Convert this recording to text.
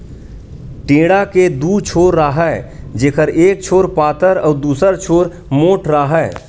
टेंड़ा के दू छोर राहय जेखर एक छोर पातर अउ दूसर छोर मोंठ राहय